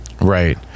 Right